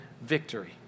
victory